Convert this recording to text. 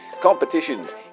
competitions